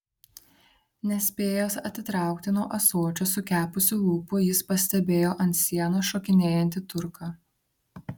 nespėjęs atitraukti nuo ąsočio sukepusių lūpų jis pastebėjo ant sienos šokinėjantį turką